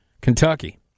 Kentucky